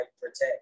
protect